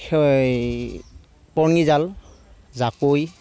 পৰঙি জাল জাকৈ